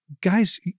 guys